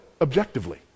objectively